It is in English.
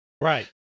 right